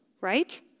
right